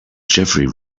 jeffery